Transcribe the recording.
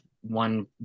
one